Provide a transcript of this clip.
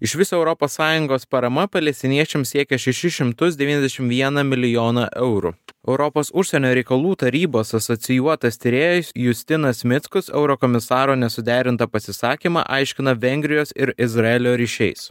iš viso europos sąjungos parama palestiniečiams siekia šešis šimtus devyniasdešim vieną milijoną eurų europos užsienio reikalų tarybos asocijuotas tyrėjus justinas mickus eurokomisaro nesuderintą pasisakymą aiškina vengrijos ir izraelio ryšiais